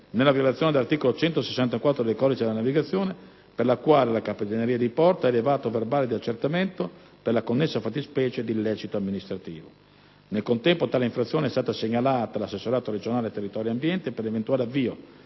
nella violazione dell'articolo 1164 del codice della navigazione, per la quale la capitaneria di porto ha elevato verbale di accertamento per la connessa fattispecie di illecito amministrativo. Nel contempo, tale infrazione è stata segnalata all'assessorato regionale territorio ed ambiente per l'eventuale avvio,